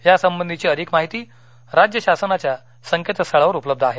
या संबंधीची अधिक माहिती राज्य शासनाच्या संकेत स्थळावर उपलब्ध आहे